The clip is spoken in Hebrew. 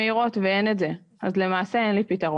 הפנו אותי גם כמה פעמים למיון ופשוט לא נסעתי פשוט העדפתי לחזור